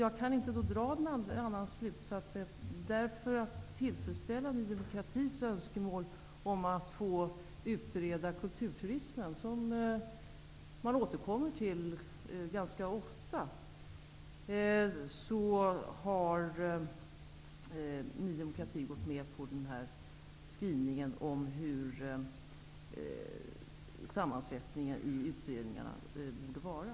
Jag kan inte dra någon annan slutsats än den att Ny demokrati, för att få tillfredsställt önskemålet om att få utreda kulturturismen som man ganska ofta återkommer till, gått med på skrivningen om hur sammansättningen i utredningarna borde vara.